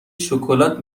شکلات